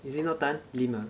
is it not tan lim ah